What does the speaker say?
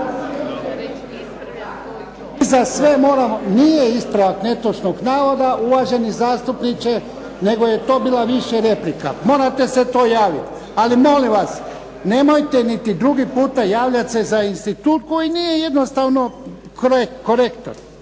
za sve moramo, nije ispravak netočnog navoda uvaženi zastupniče nego je to bila više replika. Morate se to javiti. Ali molim vas nemojte niti drugi puta javljati se za institut koji nije jednostavno korektan.